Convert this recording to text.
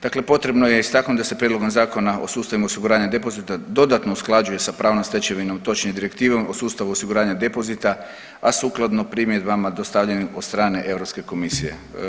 Dakle, potrebno je istaknuti da se Prijedlogom Zakona o sustavima osiguranja depozita dodatno usklađuje sa pravnom stečevinom točnije Direktivom o sustavu osiguranja depozita, a sukladno primjedbama dostavljenim od strane Europske komisije.